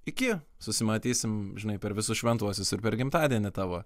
iki susimatysim žinai per visus šventuosius ir per gimtadienį tavo